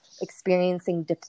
experiencing